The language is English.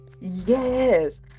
Yes